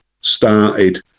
started